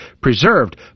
preserved